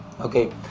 okay